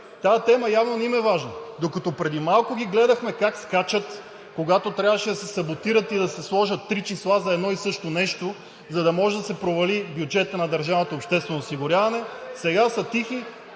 Тази тема явно не им е важна. Докато преди малко ги гледахме как скачат, когато трябваше да се саботират и да се сложат три числа за едно и също нещо, за да може да се провали бюджетът на държавното обществено осигуряване, сега са тихи...